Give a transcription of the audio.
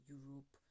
Europe